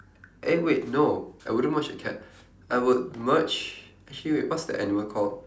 eh wait no I wouldn't merge a cat I would merge actually wait what's that animal called